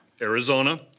Arizona